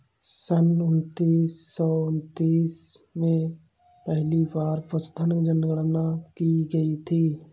सन उन्नीस सौ उन्नीस में पहली बार पशुधन जनगणना की गई थी